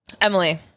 Emily